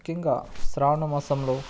ముఖ్యంగా శ్రావణమాసంలో